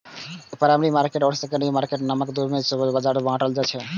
primary market आ secondary market नामक दू वर्ग मे शेयर बाजार कें बांटल जाइ छै